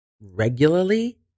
regularly